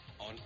on